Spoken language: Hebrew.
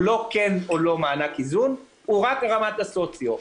לא זכאות למענק איזון אלא הרמה הסוציואקונומית.